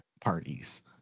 parties